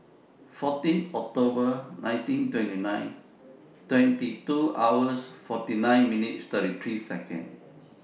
fourteen October nineteen twenty nine twenty two hours forty nine minutes and thirty three Seconds